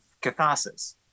catharsis